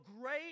great